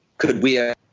could we ah